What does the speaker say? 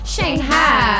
Shanghai